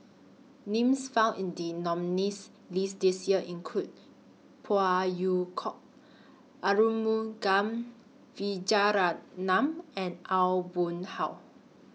Names found in The nominees' list This Year include Phey Yew Kok Arumugam Vijiaratnam and Aw Boon Haw